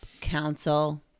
council